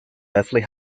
leslie